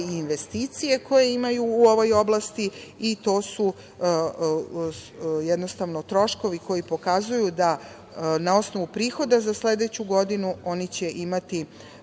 i investicije koje imaju u ovoj oblasti. To su jednostavno troškovi koji pokazuju da na osnovu prihoda za sledeću godinu oni će imati